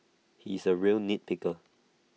he is A real nit picker